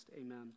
Amen